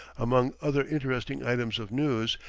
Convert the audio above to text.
among other interesting items of news,